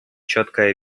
четкое